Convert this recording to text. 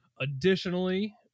Additionally